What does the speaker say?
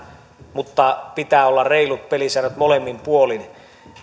mutta pitää olla reilut pelisäännöt molemmin puolin